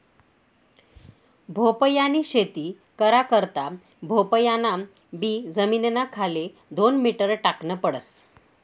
भोपयानी शेती करा करता भोपयान बी जमीनना खाले दोन मीटर टाकन पडस